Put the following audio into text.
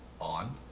On